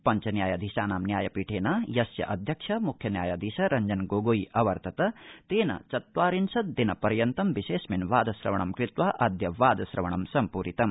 पञ्च न्यायाधीशानां न्यायपीठेन यस्य अध्यक्ष मुख्य न्यायाधीश रञ्जनगोगोई अवर्तत तेन चत्वार्रिशद्दिन पर्यन्तं विषयेऽस्मिन् वादश्रवणं कृत्वा अद्य वादश्रवणं सम्पूरितम्